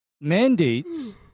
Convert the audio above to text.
mandates